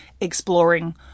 exploring